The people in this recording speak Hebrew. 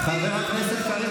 חבר הכנסת קריב,